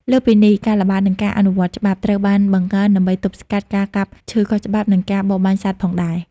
លើសពីនេះ ការល្បាត និងការអនុវត្តច្បាប់ ត្រូវបានបង្កើនដើម្បីទប់ស្កាត់ការកាប់ឈើខុសច្បាប់ និងការបរបាញ់សត្វផងដែរ។